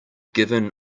given